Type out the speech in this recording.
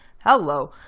Hello